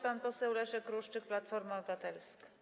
Pan poseł Leszek Ruszczyk, Platforma Obywatelska.